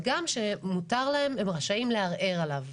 וגם שהם רשאים לערער עליו.